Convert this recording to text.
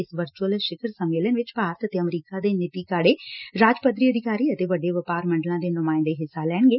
ਇਸ ਵਰਚੁਅਲ ਸਿਖ਼ਰ ਸੰਮੇਲਨ ਚ ਭਾਰਤ ਅਤੇ ਅਮਰੀਕਾ ਦੇ ਨੀਤੀ ਘਾੜੇ ਰਾਜ ਪੱਧਰੀ ਅਧਿਕਾਰੀ ਅਤੇ ਵੱਡੇ ਵਪਾਰ ਮੰਡਲਾਂ ਦੇ ਨੁਮਾਂਇੰਦੇ ਹਿੱਸਾ ਲੈਣਗੇ